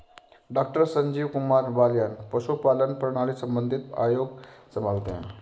doctor Sanjeev Kumar Balyan पशुपालन प्रणाली संबंधित आयोग संभालते हैं